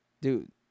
Dude